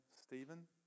Stephen